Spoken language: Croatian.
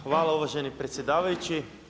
Hvala uvaženi predsjedavajući.